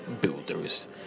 Builders